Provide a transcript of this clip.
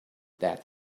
that